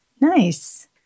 Nice